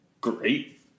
great